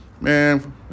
Man